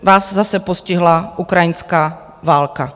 Vás zase postihla ukrajinská válka.